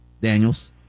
Daniels